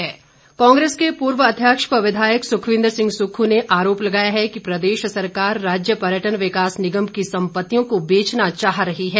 सुक्ख कांग्रेस के पूर्व अध्यक्ष व विधायक सुखविंद्र सिंह सूक्खू ने आरोप लगाया है कि प्रदेश सरकार राज्य पर्यटन विकास निगम की संपतियों को बेचना चाह रही है